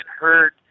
hurt